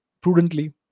prudently